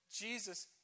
Jesus